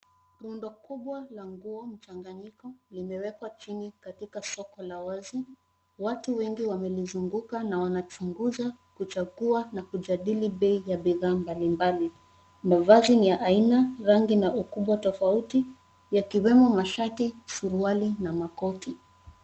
Rundo kubwa la nguo mchanganyiko limewekwa chini katika soko la wazi. Watu wengi wamelizunguka na wanachunguza, kuchagua na kujadili bei ya bidhaa mbalimbali. Mavazi ni ya aina, rangi na ukubwa tofauti ,yakiwemo mashati na makoti.